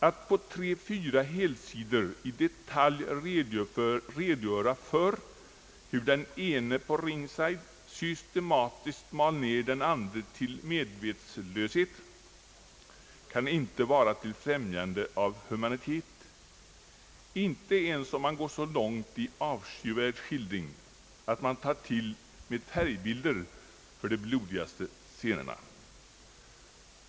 Det kan inte vara till främjande av humanitet att på tre, fyra helsidor i detalj redogöra för hur en boxare i ringen systematiskt mal ner den andre till medvetslöshet, och detta än mindre om man går så långt i avskyvärd skildring, att man tar till färgbilder för de blodigaste scenerna.